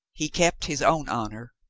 he kept his own honor,